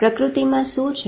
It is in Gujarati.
પ્રકૃતિમાં શું છે